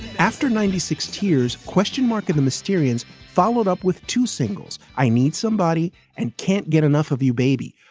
after ninety six tears question mark of the mysterious followed up with two singles i need somebody and can't get enough of you baby.